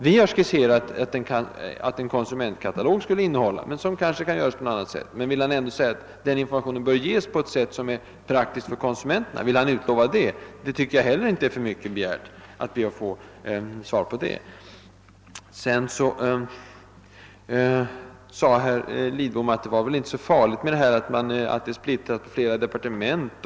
Vi har skisserat en konsumentkatalog för att tillgodose detta informationsbehov, men det kanske kan göras även på annat sätt. Ett svar på frågan om statsrådet Lidbom vill utlova en sådan information tycker jag inte heller är för mycket begärt. Herr Lidbom tycker inte att det är så allvarligt att handläggningen av konsumentfrågorna är splittrad på flera departement.